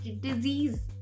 disease